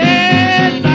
Yes